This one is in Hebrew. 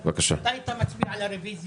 בגלל המצב במשק.